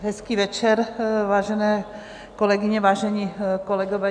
Hezký večer, vážené kolegyně, vážení kolegové.